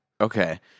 Okay